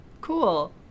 Cool